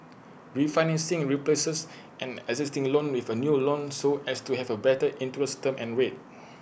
refinancing replaces an existing loan with A new loan so as to have A better interest term and rate